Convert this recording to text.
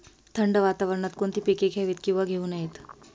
थंड वातावरणात कोणती पिके घ्यावीत? किंवा घेऊ नयेत?